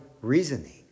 reasoning